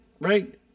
right